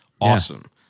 awesome